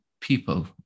people